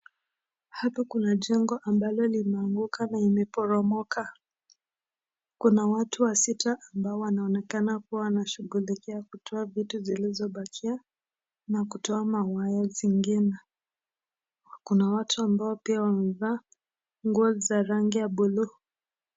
Hapa kuna jengo ambalo limeanguka na imeporomoka. Kuna watu wasita ambao wanaonekana kua wanashugulikia kutoa vitu zilizo bakia na kutoa mawaya zingine. Kuna watu ambao pia wamevaa nguo za rangi ya buluu.